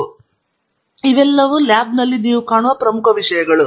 ಆದ್ದರಿಂದ ಇವು ನೀವು ಲ್ಯಾಬ್ನಲ್ಲಿ ಕಾಣುವ ಪ್ರಮುಖ ವಿಷಯಗಳು